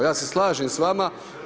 Ja se slažem s vama.